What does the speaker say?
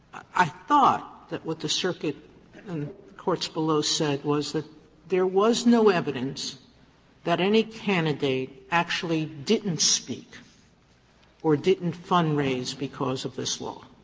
i thought that what the circuit and the courts below said was that there was no evidence that any candidate actually didn't speak or didn't fund raise because of this law.